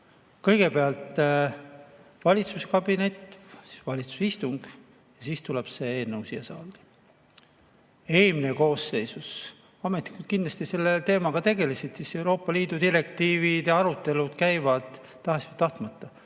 Kõigepealt valitsuskabinetis, valitsuse istungil ja siis tuleb see eelnõu siia saali. Eelmise koosseisu ajal ametnikud kindlasti selle teemaga tegelesid. Euroopa Liidu direktiivide arutelud käivad tahes-tahtmata,